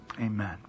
Amen